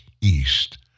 east